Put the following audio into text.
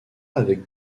avec